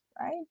right